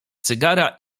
cygara